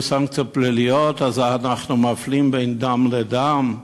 סנקציות פליליות אז אנחנו מפלים בין דם לדם,